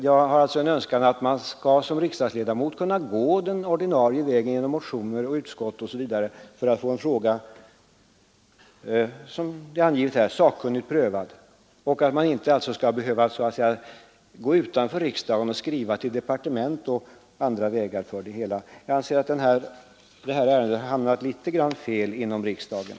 Jag önskar alltså att man som riksdagsledamot skall kunna gå den ordinarie vägen genom motioner, utskottsbehandling osv. för att få en fråga sakkunnigt prövad och inte behöva gå utanför riksdagen och skriva till departement eller söka andra vägar. Jag anser att det här ärendet har hamnat litet grand fel inom riksdagen.